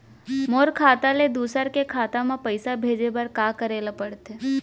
मोर खाता ले दूसर के खाता म पइसा भेजे बर का करेल पढ़थे?